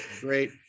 great